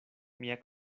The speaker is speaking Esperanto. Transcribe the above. mia